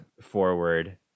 forward